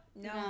No